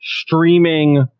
streaming